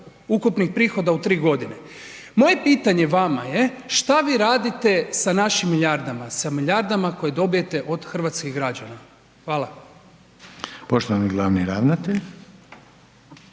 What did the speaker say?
ukupnih prihoda u 3.g. Moje pitanje vama je šta vi radite sa našim milijardama, sa milijardama koje dobijete od hrvatskih građana? Hvala. **Reiner, Željko